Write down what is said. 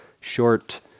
short